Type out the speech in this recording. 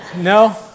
No